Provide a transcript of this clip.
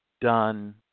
done